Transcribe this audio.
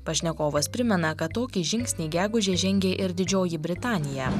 pašnekovas primena kad tokį žingsnį gegužę žengė ir didžioji britanija